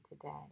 today